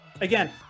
Again